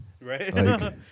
right